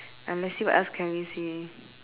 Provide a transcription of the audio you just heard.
uh let's see what else can we see